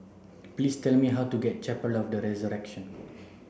please tell me how to get to Chapel of the Resurrection